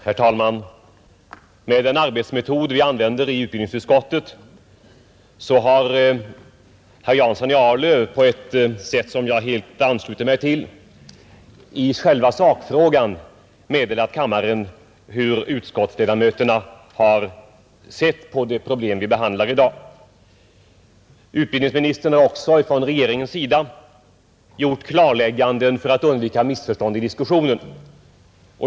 Herr talman! Med den arbetsmetod vi använder i utbildningsutskottet har herr Jönsson i Arlöv på ett sätt som jag helt ansluter mig till i sakfrågan meddelat kammaren hur utskottsledamöterna har sett på det problem vi behandlar i dag. Utbildningsministern har också från regeringens sida gjort klarlägganden för att undvika missförstånd i diskussionen.